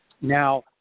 Now